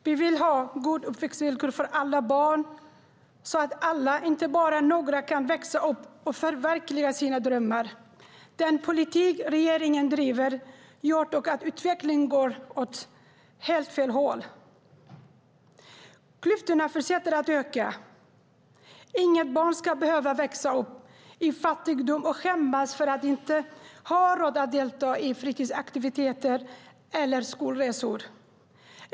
Vi vill ha goda uppväxtvillkor för alla barn så att alla, inte bara några, kan växa upp och förverkliga sina drömmar. Den politik regeringen driver gör dock att utvecklingen går åt helt fel håll. Klyftorna fortsätter att öka. Inget barn ska behöva växa upp i fattigdom och skämmas för att inte ha råd att delta i fritidsaktiviteter eller skolresor.